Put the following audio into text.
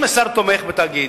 אם השר תומך בתאגיד,